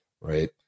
Right